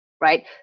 right